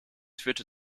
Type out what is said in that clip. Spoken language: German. führte